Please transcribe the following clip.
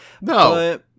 No